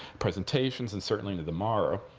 presentations, and certainly into tomorrow,